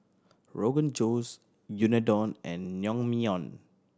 Rogan Josh Unadon and Naengmyeon